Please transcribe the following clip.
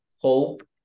hope